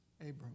Abram